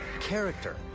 character